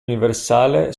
universale